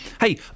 Hey